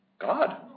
God